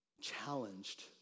challenged